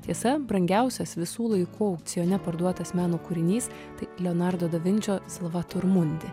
tiesa brangiausias visų laikų aukcione parduotas meno kūrinys tai leonardo da vinčio silvatur mundi